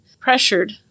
pressured